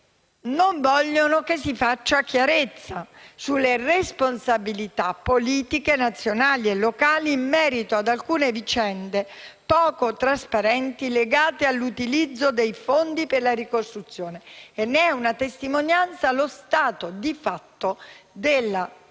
non vogliono si faccia chiarezza sulle responsabilità politiche nazionali e locali in merito ad alcune vicende poco trasparenti legate all'utilizzo dei fondi per la ricostruzione. E ne è una testimonianza lo stato di fatto della città